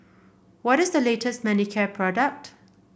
what is the latest Manicare product